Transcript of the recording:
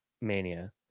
Mania